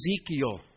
Ezekiel